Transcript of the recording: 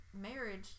marriage